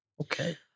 Okay